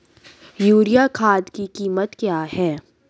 Urea खाद की कीमत क्या है?